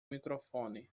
microfone